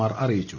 R അറിയിച്ചു